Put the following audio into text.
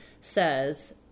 says